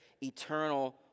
eternal